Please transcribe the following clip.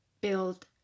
build